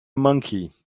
monkey